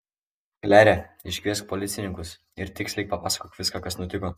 klere iškviesk policininkus ir tiksliai papasakok viską kas nutiko